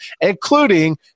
including